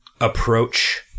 approach